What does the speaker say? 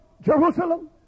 Jerusalem